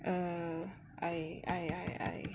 err I I I I